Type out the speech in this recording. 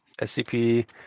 SCP